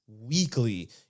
weekly